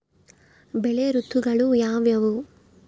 ಬೆಳೆ ಋತುಗಳು ಯಾವ್ಯಾವು?